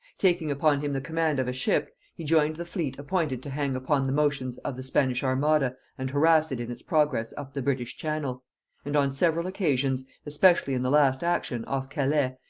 taking upon him the command of a ship, he joined the fleet appointed to hang upon the motions of the spanish armada and harass it in its progress up the british channel and on several occasions, especially in the last action, off calais,